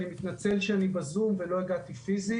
אני מתנצל שאני בזום ולא הגעתי פיזית